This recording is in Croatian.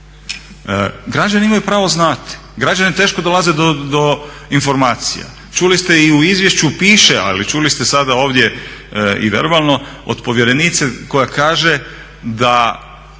Građani imaju pravo znati. Građani teško dolaze do informacija. Čuli ste i u izvješću piše, ali čuli ste sada ovdje i verbalno od povjerenice koja kaže da